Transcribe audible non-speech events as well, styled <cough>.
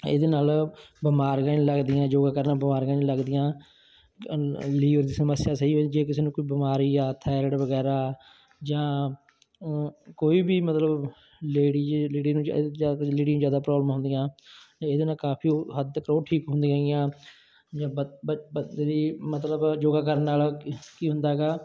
ਇਹਦੇ ਨਾਲ ਬਿਮਾਰੀਆਂ ਨਹੀਂ ਲੱਗਦੀਆਂ ਯੋਗਾ ਕਰਨ ਨਾਲ ਬਿਮਾਰੀਆਂ ਨਹੀਂ ਲੱਗਦੀਆਂ ਲੀਵਰ ਦੀ ਸਮੱਸਿਆ ਸਹੀ <unintelligible> ਜੇ ਕਿਸੇ ਨੂੰ ਕੋਈ ਬਿਮਾਰੀ ਆ ਥੈਰਡ ਵਗੈਰਾ ਜਾਂ ਉਹ ਕੋਈ ਵੀ ਮਤਲਬ ਲੇਡੀ ਹੈ ਲੇਡੀ ਨੂੰ ਲੇਡੀ ਜ਼ਿਆਦਾ ਪ੍ਰੋਬਲਮ ਹੁੰਦੀਆਂ ਇਹਦੇ ਨਾਲ ਕਾਫੀ ਹੱਦ ਤੱਕ ਉਹ ਠੀਕ ਹੁੰਦੀਆਂ ਹੈਗੀਆਂ ਜਾਂ ਮਤਲਬ ਯੋਗਾ ਕਰਨ ਨਾਲ ਕੀ ਹੁੰਦਾ ਹੈਗਾ